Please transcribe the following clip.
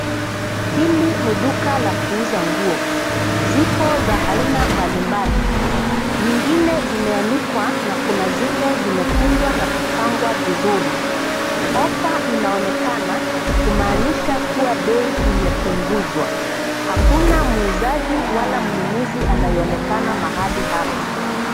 Hili ni duka la kuuza nguo, zipo za aina mbalimbali. Nyingine zimeanikwa na kuna zile zimekunjwa na kupangwa vizuri. Offer inaonekana kumaanisha kuwa bei imepunguzwa akuna muuzaji wala mnunuzi anayeonekana mahali hapa.